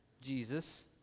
Jesus